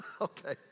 Okay